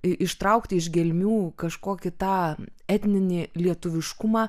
ištraukti iš gelmių kažkokį tą etninį lietuviškumą